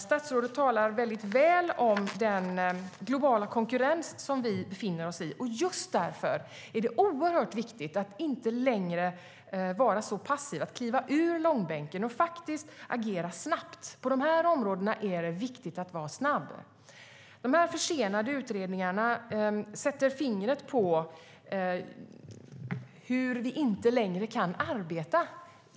Statsrådet talar väl om den globala konkurrens som vi befinner oss i. Just därför är det oerhört viktigt att inte längre vara så passiv utan kliva ur långbänken och agera snabbt. På de här områdena är det viktigt att vara snabb. De försenade utredningarna sätter fingret på hur vi inte längre kan arbeta.